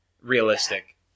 realistic